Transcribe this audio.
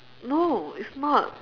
no it's not